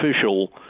official